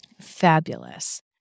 Fabulous